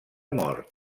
mort